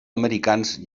americans